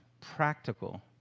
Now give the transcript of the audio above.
practical